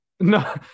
No